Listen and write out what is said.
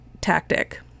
tactic